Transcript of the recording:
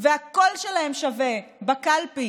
והקול שלהם שווה בקלפי